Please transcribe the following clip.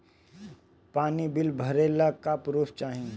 पानी बिल भरे ला का पुर्फ चाई?